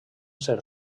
ser